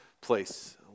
place